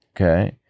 okay